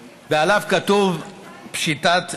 כתוב: פשיטת רגל.